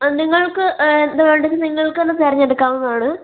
ആ നിങ്ങൾക്ക് എന്താ വേണ്ടതെന്നു വച്ചാൽ നിങ്ങൾക്കുതന്നെ തിരഞ്ഞെടുക്കാവുന്നതാണ്